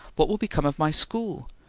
what will become of my school?